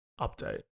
update